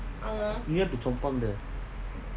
near to chong pang there